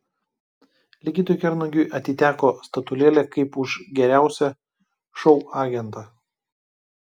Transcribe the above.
ligitui kernagiui atiteko statulėlė kaip už geriausią šou agentą